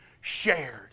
shared